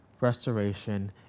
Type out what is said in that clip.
restoration